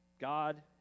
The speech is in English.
God